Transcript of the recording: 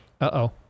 Uh-oh